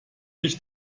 mich